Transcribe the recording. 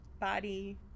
body